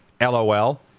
LOL